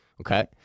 Okay